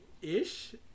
ish